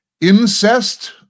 incest